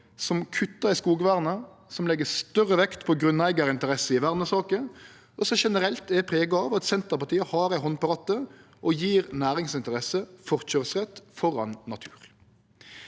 som kuttar i skogvernet, som legg større vekt på grunneigarinteresser i vernesaker, og som generelt er prega av at Senterpartiet har ei hand på rattet og gjev næringsinteresser forrang framfor natur.